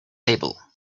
table